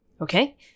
Okay